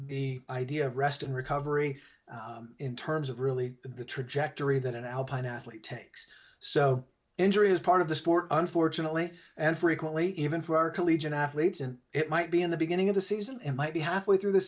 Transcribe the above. the idea of rest and recovery in terms of really the trajectory that an alpine athlete takes so injury is part of the sport unfortunately and frequently even for our collegian athletes and it might be in the beginning of the season and might be halfway through the